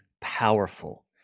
powerful